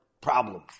problems